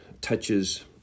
touches